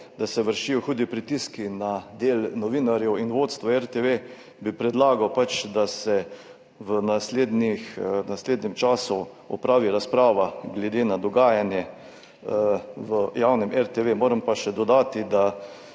da se vršijo hudi pritiski na del novinarjev in vodstvo RTV, bi predlagal, da se opravi razprava glede dogajanja v javnem RTV. Moram pa še dodati, da